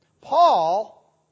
Paul